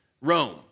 Rome